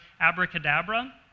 abracadabra